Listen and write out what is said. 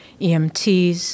EMTs